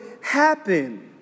happen